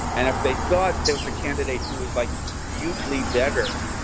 and if they thought there was a candidate who is like usually better.